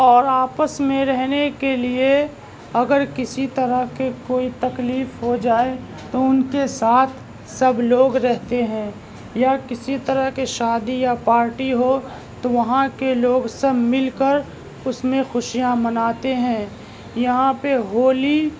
اور آپس میں رہنے کے لیے اگر کسی طرح کے کوئی تکلیف ہو جائے تو ان کے ساتھ سب لوگ رہتے ہیں یا کسی طرح کی شادی یا پارٹی ہو تو وہاں کے لوگ سب مل کر اس میں خوشیاں مناتے ہیں یہاں پہ ہولی